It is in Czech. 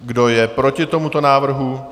Kdo je proti tomuto návrhu?